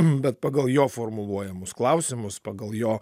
bet pagal jo formuluojamus klausimus pagal jo